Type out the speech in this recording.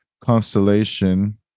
constellation